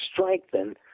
strengthen